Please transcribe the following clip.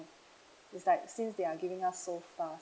it's like since they are giving us so fast